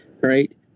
right